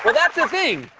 but that's the thing.